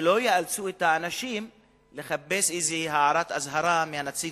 שלא יאלצו את האנשים לחפש איזו הערת אזהרה מהנציב